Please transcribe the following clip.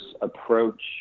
approach